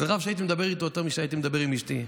זה רב שהייתי מדבר איתו יותר משהייתי מדבר עם אשתי.